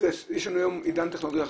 יש לנו היום עידן טכנולוגי אחר.